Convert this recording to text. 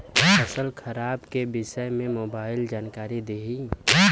फसल खराब के विषय में मोबाइल जानकारी देही